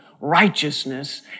righteousness